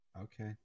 Okay